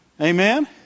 Amen